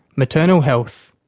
maternal health,